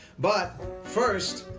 but first,